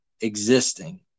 existing